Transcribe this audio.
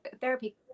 therapy